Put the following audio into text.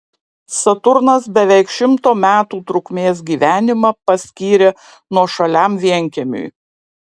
saturnas beveik šimto metų trukmės gyvenimą paskyrė nuošaliam vienkiemiui